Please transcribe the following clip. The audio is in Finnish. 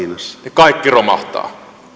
kaikki romahtaa suomi